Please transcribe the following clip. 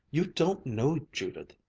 you don't know judith.